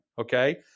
Okay